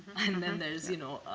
and then there's, you know,